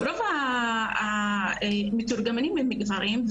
רוב המתורגמנים הם גברים,